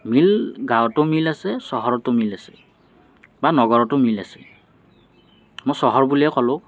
মিল গাঁৱতো মিল আছে চহৰতো মিল আছে বা নগৰতো মিল আছে মই চহৰ বুলিয়ে ক'লোঁ